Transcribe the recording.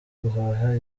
guhaha